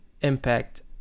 impact